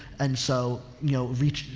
and so, you know, reach,